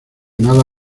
nada